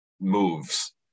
moves